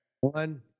One